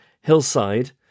hillside